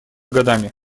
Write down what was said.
годами